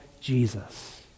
Jesus